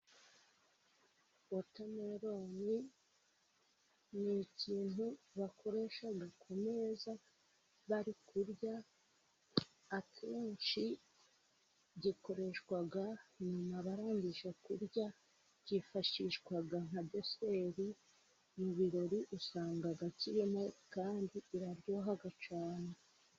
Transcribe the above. Wotameloni ni ikintu bakoresha ku meza bari kurya, akenshi gikoreshwa nyuma bararangije kurya, byifashishwa nka deseri, mu birori usanga kirimo kandi iraryoha cyane.